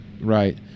Right